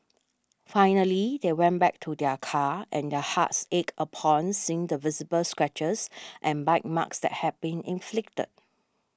finally they went back to their car and their hearts ached upon seeing the visible scratches and bite marks that had been inflicted